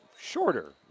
shorter